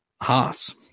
Haas